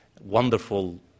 wonderful